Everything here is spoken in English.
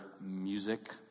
music